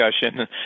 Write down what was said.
discussion